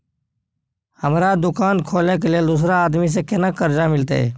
हमरा दुकान खोले के लेल दूसरा आदमी से केना कर्जा मिलते?